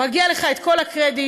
מגיע לך כל הקרדיט.